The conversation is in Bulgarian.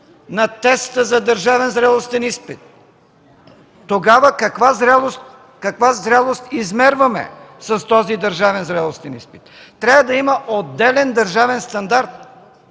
на теста за държавен зрелостен изпит. Тогава каква зрялост измерваме с този държавен зрелостен изпит?! Трябва да има отделен държавен стандарт.